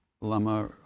Lama